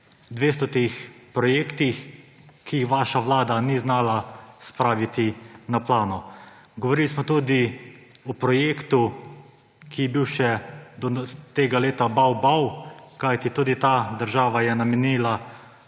preko 200 projektih, ki jih vaša vlada ni znala spraviti na plano. Govorili smo tudi o projektu, ki je bil še do tega leta bavbav, kajti tudi ta država je namenila